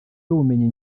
y’ubumenyi